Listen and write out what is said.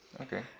Okay